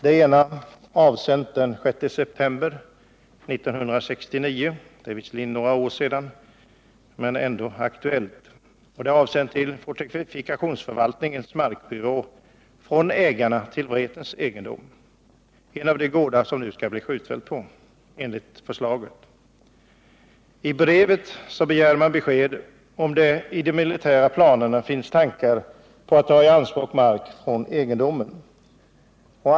Det ena avsändes redan den 6 september 1969 men är ändå aktuellt. Brevet sändes till fortifikationsförvaltningens markbyrå från ägarna till Vretens egendom, en av de gårdar där enligt förslaget skjutfältet skall ligga. I brevet begärs besked om huruvida det enligt de militära planerna är meningen att ta i anspråk mark som tillhör 127 egendomen.